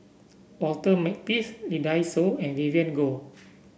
Walter Makepeace Lee Dai Soh and Vivien Goh